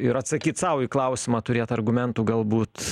ir atsakyt sau į klausimą turėt argumentų galbūt